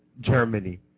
Germany